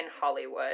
Hollywood